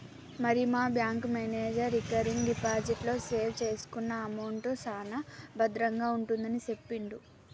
మరి మా bank manager recurring deposit లో సేవ్ చేసుకున్న అమౌంట్ సాన భద్రంగా ఉంటుందని సెప్పిండు